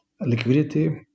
liquidity